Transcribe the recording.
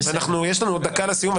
יש לנו עוד דקה לסיום.